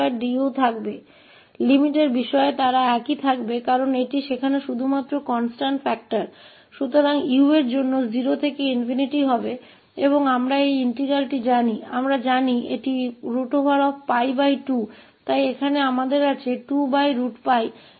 और हम इस समाकल को जानते हैं यह 𝜋2 है इसलिए यहाँ हमारे पास 2𝜋 और फिर 𝜋2 है